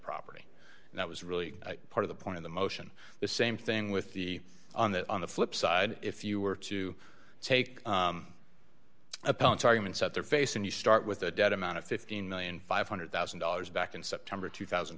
property and that was really part of the point of the motion the same thing with the on that on the flip side if you were to take a punt arguments at their face and you start with the dead amount of fifteen million five hundred thousand dollars back in september two thousand